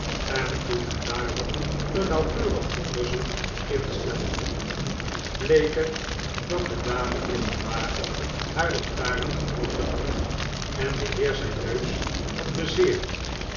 en toen men daarop een nauwkeurig onderzoek instelde bleek het dat de dame in den wagen haar lantaren gebroken had en de heer zijn neus had bezeerd